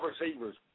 receivers